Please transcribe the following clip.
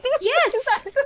Yes